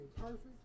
perfect